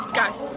guys